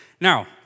Now